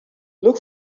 look